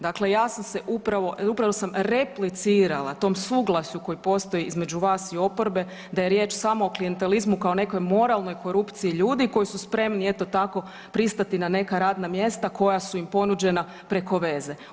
Dakle, ja sam upravo replicirala tom suglasju koji postoji između vas i oporbe, da je riječ samo o klijentelizmu kao o nekoj moralnoj korupciji ljudi koji su spremni eto tako pristati na neka radna mjesta koja su im ponuđena preko veze.